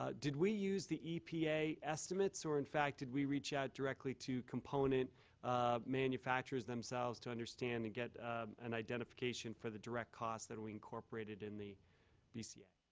ah did we use the epa estimates or in fact did we reach out directly to component manufacturers themselves to understand and get an identification for the direct cost that we incorporated in the here, yeah